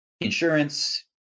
Insurance